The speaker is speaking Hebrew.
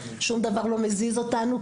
שום דבר לא מזיז אותנו,